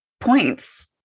points